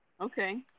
Okay